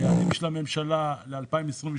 היעד של הממשלה ל-2022